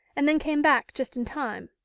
and then came back just in time.